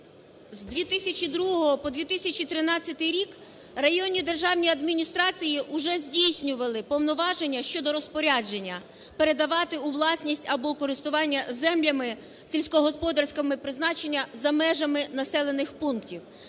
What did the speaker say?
З 2002-го по 2013 рік районні державні адміністрації уже здійснювали повноваження щодо розпорядження передавати у власність або у користування землями сільськогосподарського призначення за межами населених пунктів.